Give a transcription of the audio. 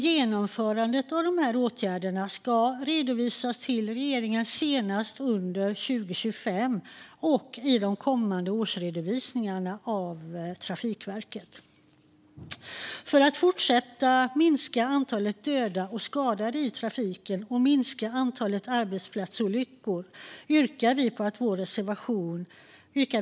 Genomförandet av åtgärderna i handlingsplanen ska redovisas till regeringen senast under 2025 och i Trafikverkets kommande årsredovisningar. För att fortsätta minska antalet döda och skadade i trafiken och minska antalet arbetsplatsolyckor yrkar vi bifall till vår reservation.